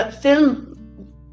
film